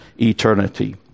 eternity